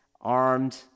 armed